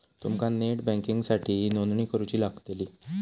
तुमका नेट बँकिंगसाठीही नोंदणी करुची लागतली